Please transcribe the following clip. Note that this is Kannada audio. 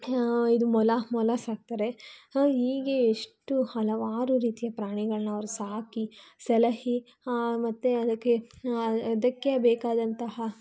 ಇದು ಮೊಲ ಮೊಲ ಸಾಕ್ತಾರೆ ಹೀಗೆ ಎಷ್ಟು ಹಲವಾರು ರೀತಿಯ ಪ್ರಾಣಿಗಳನ್ನ ಅವರು ಸಾಕಿ ಸಲಹಿ ಮತ್ತೆ ಅದಕ್ಕೆ ಅದಕ್ಕೆ ಬೇಕಾದಂತಹ